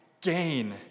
gain